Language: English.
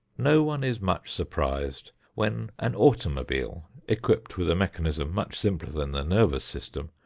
no one is much surprised when an automobile, equipped with a mechanism much simpler than the nervous system,